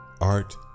Art